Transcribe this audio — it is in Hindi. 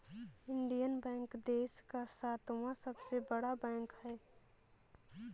इंडियन बैंक देश का सातवां सबसे बड़ा बैंक है